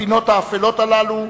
לפינות האפלות הללו,